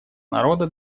народа